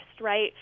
right